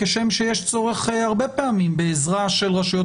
כשם שיש צורך הרבה פעמים בעזרה של רשויות